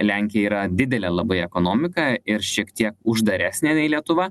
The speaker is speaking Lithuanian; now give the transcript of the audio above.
lenkija yra didelė labai ekonomika ir šiek tiek uždaresnė nei lietuva